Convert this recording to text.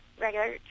regular